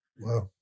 Wow